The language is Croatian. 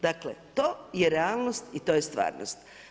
Dakle to je realnost i to je stvarnost.